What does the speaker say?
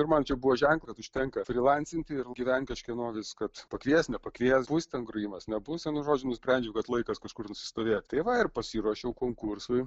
ir man čia buvo ženklas užtenka frylansinti ir gyventi iš kieno kad pakvies nepakvies bus ten grojimas nebus vienu žodžiu nusprendžiau kad laikas kažkur nusistovėt tai va ir pasiruošiau konkursui